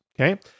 Okay